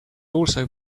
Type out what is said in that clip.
also